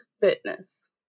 fitness